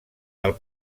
del